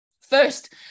first